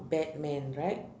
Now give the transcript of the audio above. batman right